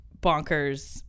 bonkers